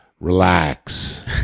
relax